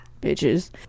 Bitches